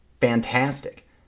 fantastic